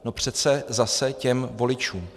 No přece zase těm voličům.